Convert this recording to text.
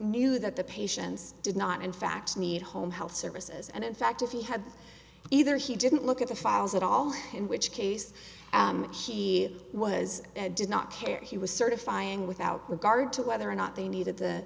knew that the patients did not in fact need home health services and in fact if he had either he didn't look at the files at all in which case he was did not care he was certifying without regard to whether or not they needed the